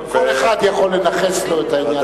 כל אחד יכול לנכס לו את העניין הזה.